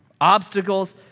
obstacles